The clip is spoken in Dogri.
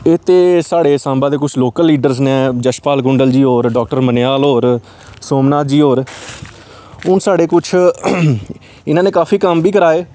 एह् ते साढ़े साम्बा दे कुछ लोकल लीडर्स न यशपाल कुुंडल जी होर डाक्टर मनेयाल होर सोमनाथ जी होर हून साढ़े कुछ इ'नें ने काफी कम्म बी कराए